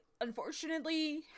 unfortunately